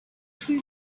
three